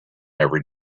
every